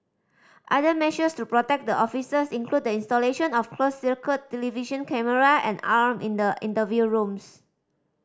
other measures to protect the officers include the installation of closed circuit television camera and alarm in the interview rooms